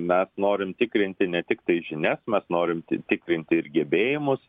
mes norim tikrinti ne tiktai žinias mes norim tikrinti ir gebėjimus